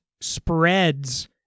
spreads